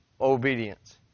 obedience